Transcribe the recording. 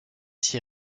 s’y